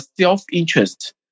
self-interest